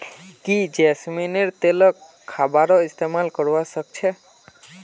की जैस्मिनेर तेलक खाबारो इस्तमाल करवा सख छ